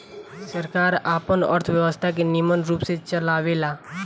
सरकार आपन अर्थव्यवस्था के निमन रूप से चलावेला